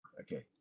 Okay